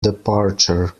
departure